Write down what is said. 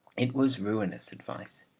it was ruinous advice.